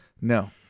No